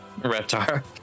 reptar